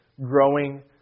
growing